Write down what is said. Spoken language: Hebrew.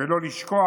ולא לשקוע.